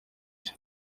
cye